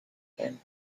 him